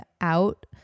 out